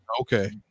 Okay